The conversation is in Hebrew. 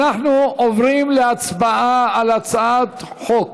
אנחנו עוברים להצבעה על הצעת חוק